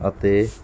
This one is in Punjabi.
ਅਤੇ